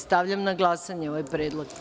Stavljam na glasanje ovaj predlog.